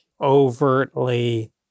overtly